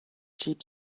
cheap